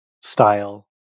style